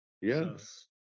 yes